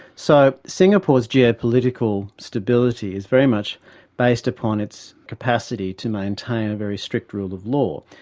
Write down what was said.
so, singapore's geopolitical stability is very much based upon its capacity to maintain a very strict rule of law,